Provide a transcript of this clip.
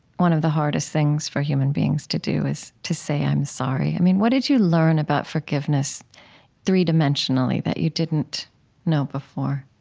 one of the hardest things for human beings to do is to say, i'm sorry. what did you learn about forgiveness three-dimensionally that you didn't know before?